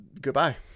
Goodbye